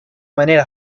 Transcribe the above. manera